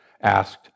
asked